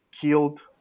killed